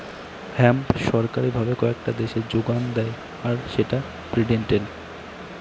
hemp সরকারি ভাবে কয়েকটি দেশে যোগান দেয় আর সেটা পেটেন্টেড